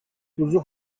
kuzu